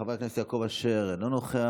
חבר הכנסת יעקב אשר, אינו נוכח.